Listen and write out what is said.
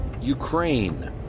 Ukraine